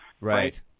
right